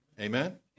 Amen